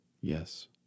Yes